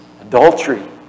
Adultery